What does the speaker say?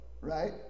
right